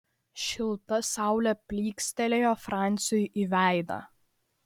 šilta saulė plykstelėjo franciui į veidą